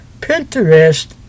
Pinterest